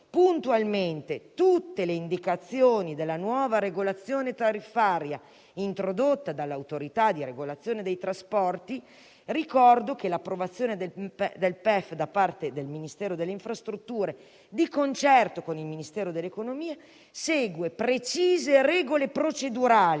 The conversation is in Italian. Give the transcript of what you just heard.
puntualmente tutte le indicazioni della nuova regolazione tariffaria introdotta dall'Autorità di regolazione dei trasporti, ricordo che l'approvazione del PEF da parte del Ministero delle infrastrutture e dei trasporti, di concerto con il Ministero dell'economia, segue precise regole procedurali,